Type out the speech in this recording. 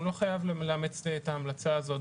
הוא לא חייב לאמץ את ההמלצה הזאת,